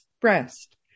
breast